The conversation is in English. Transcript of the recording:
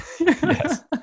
Yes